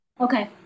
okay